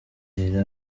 yari